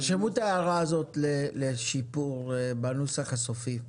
תרשמו את ההערה הזאת לשיפור בנוסח הסופי.